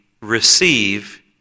receive